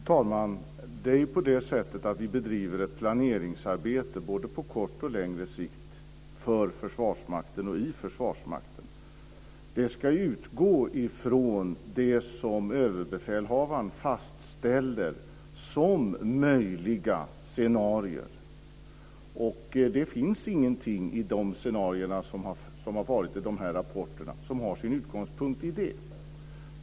Fru talman! Vi bedriver ett planeringsarbete på både kort och längre sikt för Försvarsmakten och i Försvarsmakten. Det ska utgå ifrån det som överbefälhavaren fastställer som möjliga scenarier. Det finns ingenting i de scenarier som har varit i dessa rapporter som har sin utgångspunkt i det.